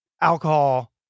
alcohol